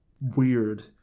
weird